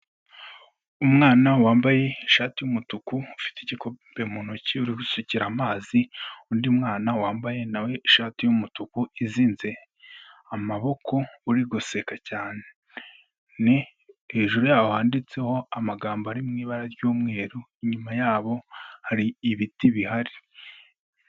Umwana wambaye ishati y'umutuku, ufite igikombe mu ntoki uri gusukira amazi undi mwana wambaye na we ishati y'umutuku izinze amaboko, uri guseka cyane, hejuru yabo handitseho amagambo ari mu ibara ry'umweru, inyuma yabo hari ibiti bihari.